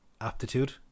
aptitude